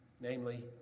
namely